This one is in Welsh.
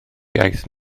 iaith